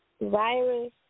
virus